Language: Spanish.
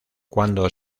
cuando